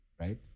right